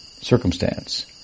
circumstance